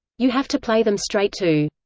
you have to play them straight too.